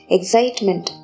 Excitement –